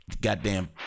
goddamn